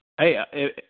Hey